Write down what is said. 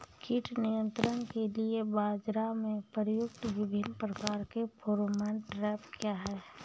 कीट नियंत्रण के लिए बाजरा में प्रयुक्त विभिन्न प्रकार के फेरोमोन ट्रैप क्या है?